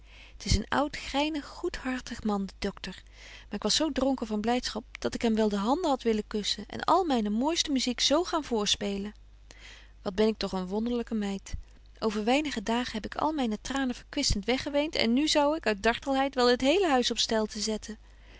t is een oud grynig goedhartig man die doctor maar ik was zo dronken van blydschap dat ik hem wel de handen had willen kusschen en al myne mooiste muziek zo gaan voorspélen wat ben ik toch een wonderlyke meid over weinige dagen heb ik al myne tranen verkwistent weggeweent en nu zou ik uit dartelheid wel het hele huis op stelten zetten